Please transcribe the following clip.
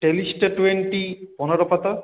টেলিস্টে twenty পনেরো পাতা